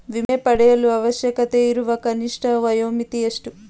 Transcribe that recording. ವಿಮೆ ಪಡೆಯಲು ಅವಶ್ಯಕತೆಯಿರುವ ಕನಿಷ್ಠ ವಯೋಮಿತಿ ಎಷ್ಟು?